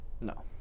No